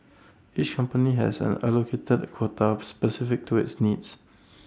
each company has an allocated quota specific to its needs